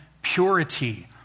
Purity